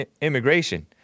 immigration